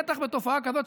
בטח בתופעה כזאת,